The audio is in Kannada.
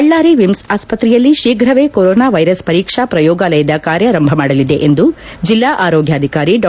ಬಳ್ಳಾರಿ ವಿಮ್ಸ್ ಆಸ್ವತೆಯಲ್ಲಿ ಶೀಘವೇ ಕೊರೊನಾ ವೈರಸ್ ಪರೀಕ್ಷಾ ಪ್ರಯೋಗಾಲಯ ಕಾರ್ಯಾರಂಭ ಮಾಡಲಿದೆ ಎಂದು ಜಿಲ್ಲಾ ಆರೋಗ್ನಾಧಿಕಾರಿ ಡಾ